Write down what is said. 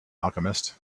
alchemist